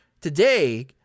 Today